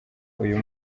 uyu